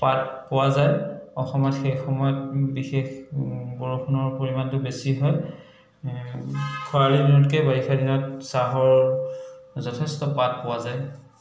পাত পোৱা যায় অসমত সেইসময়ত বিশেষ বৰষুণৰ পৰিমাণটো বেছি হয় খৰালি দিনতকে বাৰিষা দিনত চাহৰ যথেষ্ট পাত পোৱা যায়